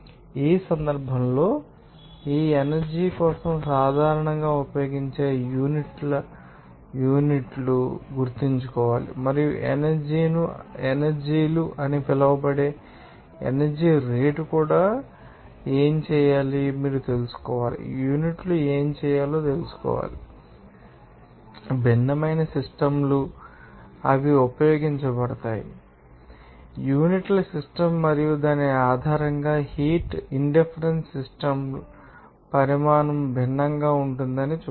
ఈ సందర్భంలో ఈ ఎనర్జీ కోసం సాధారణంగా ఉపయోగించే యూనిట్లు ఏమిటో మీరు గుర్తుంచుకోవాలి మరియు ఎనర్జీ అని పిలువబడే ఎనర్జీ రేటు కూడా ఏమి చేయాలో మీరు తెలుసుకోవలసిన యూనిట్లు ఏమి చేయాలో తెలుసుకోవాలి ఎందుకంటే భిన్నమైనవి సిస్టమ్ లు అవి ఉపయోగించబడతాయని మీకు తెలుసా లేదా మీకు తెలిసిన యూనిట్ల సిస్టమ్ మరియు దాని ఆధారంగా హీట్ ఇండిఫరెన్సె సిస్టమ్ ల పరిమాణం భిన్నంగా ఉంటుందని మీరు చూస్తారు